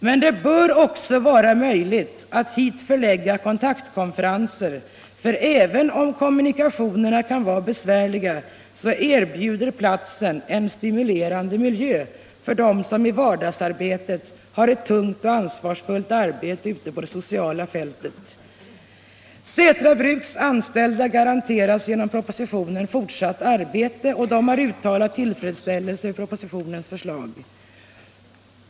Det bör emellertid också vara möjligt att hit förlägga kontaktkonferenser, för även om kommunikationerna kan vara besvärliga, så erbjuder platsen en stimulerande miljö för dem som har ett tungt och ansvarsfullt vardagsarbete ute på det sociala fältet. Sätra bruks anställda garanteras genom propositionen fortsatt arbete, och de har uttalat tillfredsställelse över propositionens förslag.